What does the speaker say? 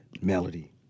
Melody